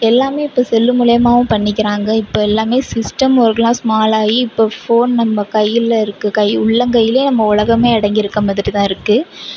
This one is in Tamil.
எல்லாம் இப்போ செல்லு மூலியமாக பண்ணிக்கிறாங்க இப்போ எல்லாம் சிஸ்டம் ஒர்க்லாம் ஸ்மால் ஆகி இப்போ ஃபோன் நம்ம கையில் இருக்கு கை உள்ளங்கைலேயே நம்ம ஒலகம் அடங்கி இருக்கமாதிரிதான் இருக்கு